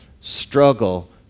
struggle